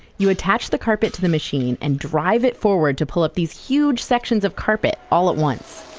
you attach the carpet to the machine and drive it forward to pull up these huge sections of carpet all at once,